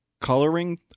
coloring